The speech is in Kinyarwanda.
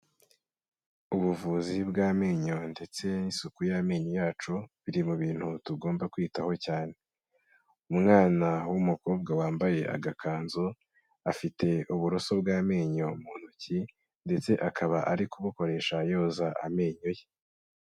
Ubuvuzi bw'amenyo ndetse n'isuku y'amenyo yacu, biri mu bintu tugomba kwitaho cyane. Umwana w'umukobwa wambaye agakanzu, afite uburoso bw'amenyo mu ntoki ndetse akaba ari kubukoresha yoza amenyo ye.